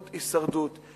הישרדות, הישרדות.